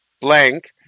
Blank